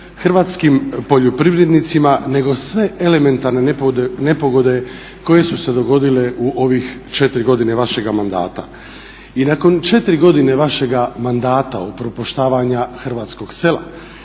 hrvatskim poljoprivrednicima nego sve elementarne nepogode koje su se dogodile u ovih 4 godine vašega mandata. I nakon 4 godine vašega mandata upropaštavanja hrvatskog sela